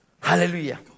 Hallelujah